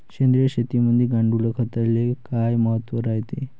सेंद्रिय शेतीमंदी गांडूळखताले काय महत्त्व रायते?